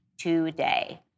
today